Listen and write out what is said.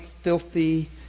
filthy